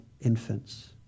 infants